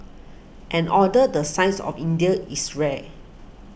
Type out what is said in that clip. an order the size of India's is rare